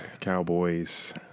Cowboys